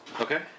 Okay